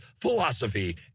philosophy